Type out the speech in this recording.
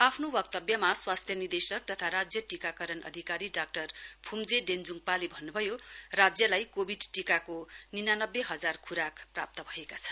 आफ्नो वक्तव्यमा स्वास्थ्य निर्दशक तथा राज्य टीकाकरण अधिकारी डा फ्रम्जे डेञ्जोङपाले भन्न्भयो राज्यलाई कोविड टीकाको निनानब्बे हजार ख्राक प्राप्त भएका छन्